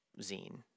Zine